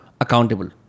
accountable